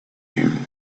came